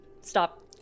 Stop